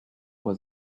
was